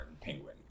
Penguin